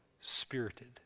spirited